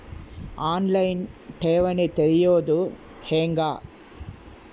On line ಠೇವಣಿ ತೆರೆಯೋದು ಹೆಂಗ?